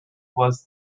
was